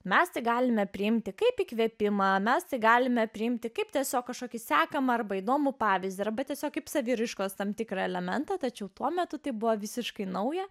mes galime priimti kaip įkvėpimą mes galime priimti kaip tiesiog kažkokį sekamą arba įdomų pavyzdį arba tiesiog kaip saviraiškos tam tikrą elementą tačiau tuo metu tai buvo visiškai nauja